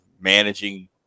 managing